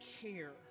care